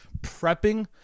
prepping